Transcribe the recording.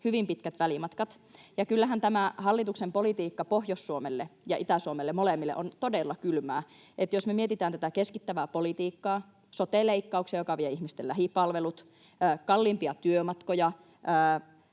hyvin pitkät välimatkat, ja kyllähän tämä hallituksen politiikka Pohjois-Suomelle ja Itä-Suomelle, molemmille, on todella kylmää. Jos me mietitään tätä keskittävää politiikkaa, sote-leikkauksia, jotka vievät ihmisten lähipalvelut, kalliimpia työmatkoja,